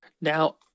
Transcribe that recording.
Now